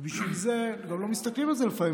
ובשביל זה גם לא מסתכלים על זה לפעמים,